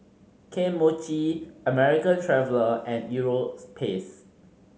Kane Mochi American Traveller and Europace